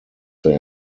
they